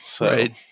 Right